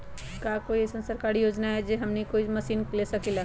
का कोई अइसन सरकारी योजना है जै से हमनी कोई मशीन ले सकीं ला?